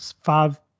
five